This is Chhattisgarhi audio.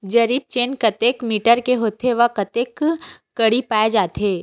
जरीब चेन कतेक मीटर के होथे व कतेक कडी पाए जाथे?